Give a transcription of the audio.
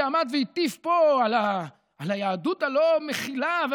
שעמד והטיף פה על היהדות הלא-מכילה,